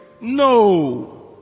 No